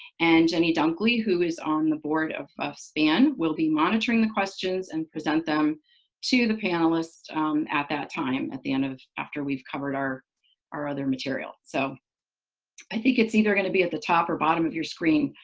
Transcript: and jennie dunkley, who is on the board of of span, will be monitoring the questions and present them to the panelists at that time at the end, after we've covered our our other material. so i think it's either going to be at the top or bottom of your screen,